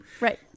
Right